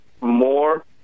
more